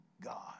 God